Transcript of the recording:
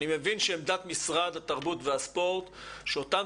אני מבין שעמדת משרד התרבות והספורט שאותם